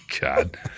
God